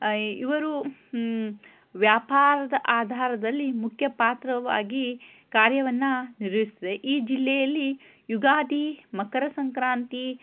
ಇವರು ವ್ಯಾಪಾರದ ಆಧಾರದಲ್ಲಿ ಮುಖ್ಯ ಪಾತ್ರವಾಗಿ ಕಾರ್ಯವನ್ನು ನಿರ್ವಹಿಸಿದೆ ಈ ಜಿಲ್ಲೆಯಲ್ಲಿ ಯುಗಾದಿ ಮಕರ ಸಂಕ್ರಾಂತಿ